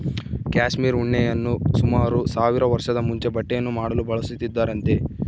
cashmere ಉಣ್ಣೆಯನ್ನು ಸುಮಾರು ಸಾವಿರ ವರ್ಷದ ಮುಂಚೆ ಬಟ್ಟೆಯನ್ನು ಮಾಡಲು ಬಳಸುತ್ತಿದ್ದರಂತೆ